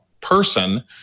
person